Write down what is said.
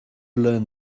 learn